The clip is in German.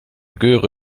göre